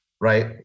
Right